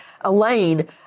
Elaine